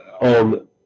on